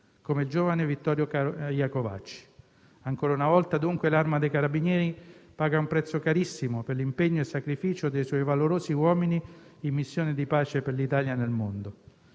come il giovane Vittorio Iacovacci. Ancora una volta, dunque, l'Arma dei carabinieri paga un prezzo carissimo per l'impegno e il sacrificio dei suoi valorosi uomini in missione di pace per l'Italia nel mondo.